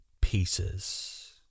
pieces